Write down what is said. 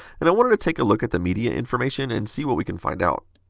and i wanted to take a look at the media information and see what we can find out.